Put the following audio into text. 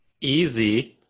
Easy